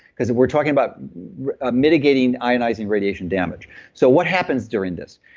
because if we're talking about ah mitigating ionizing radiation damage so what happens during this?